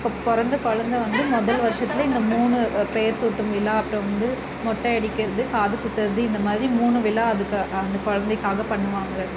பிறந்த குழந்தை வந்து முதல் வருஷத்திலே இந்த மூணு பெயர் சூட்டும் விழா அப்புறம் வந்து மொட்டை அடிக்கிறது காது குத்துவது இந்த மாதிரி மூணு விழா அதுக்கு குழந்தைக்காக பண்ணுவாங்க